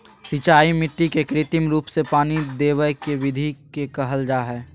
सिंचाई मिट्टी के कृत्रिम रूप से पानी देवय के विधि के कहल जा हई